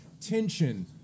tension